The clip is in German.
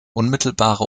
unmittelbare